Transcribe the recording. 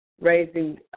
Raising